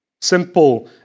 Simple